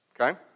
Okay